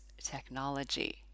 technology